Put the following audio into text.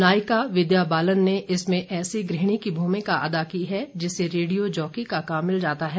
नायिका विद्या बालन ने इसमें ऐसी गृहणी की भूमिका अदा की है जिसे रेडिया जॉकी का काम मिल जाता है